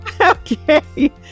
Okay